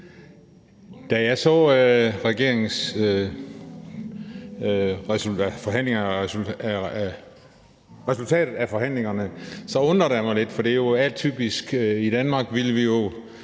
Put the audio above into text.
Da jeg så resultatet af regeringsforhandlingerne, undrede jeg mig lidt, for det er jo atypisk. I Danmark ville vi jo